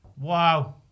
Wow